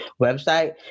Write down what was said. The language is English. website